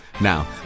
Now